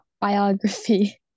Biography